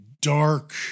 dark